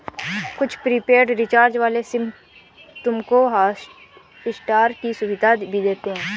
कुछ prepaid recharge वाले SIM तुमको हॉटस्टार की सुविधा भी देते हैं